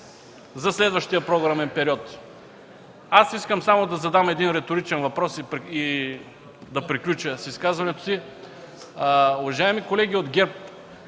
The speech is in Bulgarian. за следващия програмен период. Искам да задам само един реторичен въпрос и да приключа с изказването си. Уважаеми колеги от ГЕРБ,